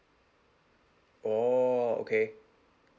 oh okay